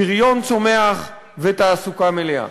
פריון צומח ותעסוקה מלאה.